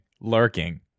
lurking